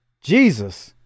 Jesus